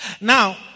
now